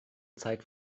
zeit